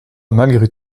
malgré